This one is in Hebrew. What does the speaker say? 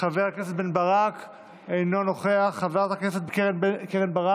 חבר הכנסת בן ברק, אינו נוכח, חברת הכנסת קרן ברק,